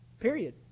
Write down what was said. Period